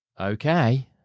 Okay